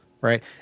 right